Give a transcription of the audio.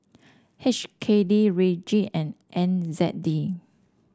H K D Ringgit and N Z D